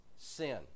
Sin